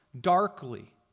darkly